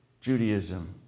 Judaism